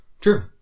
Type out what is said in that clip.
True